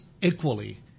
equally